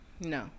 No